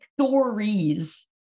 stories